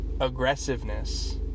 aggressiveness